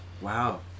Wow